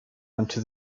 onto